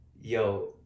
Yo